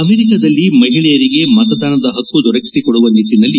ಅಮೆರಿಕಾದಲ್ಲಿ ಮಹಿಳೆಯರಿಗೆ ಮತದಾನದ ಹಕ್ಕು ದೊರಕಿಸೊಡುವ ನಿಟ್ಟನಲ್ಲಿ